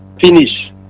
Finish